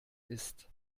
ist